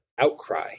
outcry